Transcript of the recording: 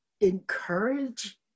encourage